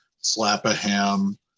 Slap-A-Ham